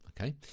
Okay